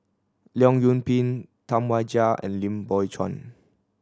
Leong Yoon Pin Tam Wai Jia and Lim Biow Chuan